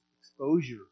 exposure